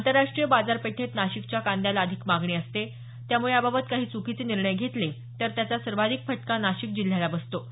आंतरराष्ट्रीय बाजार पेठेत नाशिकच्या कांद्याला अधिक मागणी असते त्यामुळे याबाबत काही चुकीचे निर्णय घेतले तर त्याचा सर्वाधिक फटका नाशिक जिल्ह्याला बसतो